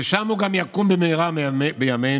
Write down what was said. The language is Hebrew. ושם הוא גם יקום במהרה בימינו,